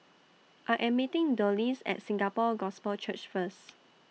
I Am meeting Dulce At Singapore Gospel Church First